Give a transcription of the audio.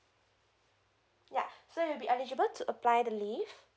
yeah so you'll be eligible to apply the leave